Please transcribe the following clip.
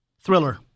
Thriller